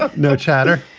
ah no chatter,